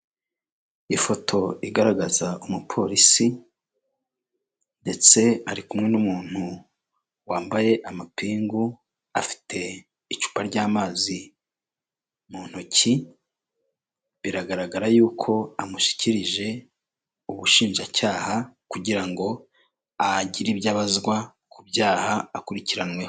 Ifoto igaragaza umupolisi ndetse ari kumwe n'umuntu wambaye amapingu, afite icupa ry'amazi mu ntoki, biragaragara yuko amushyikirije ubushinjacyaha kugira ngo agire ibyo abazwa ku byaha akurikiranweho.